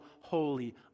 holy